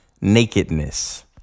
nakedness